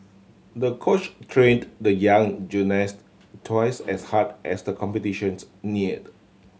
the coach trained the young gymnast twice as hard as the competitions neared